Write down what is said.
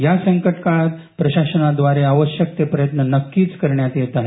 या संकट काळात प्रशासनादवारे आवश्यक ते प्रयत्न नक्कीच करण्यात येत आहे